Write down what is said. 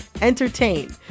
entertain